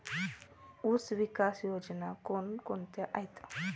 ऊसविकास योजना कोण कोणत्या आहेत?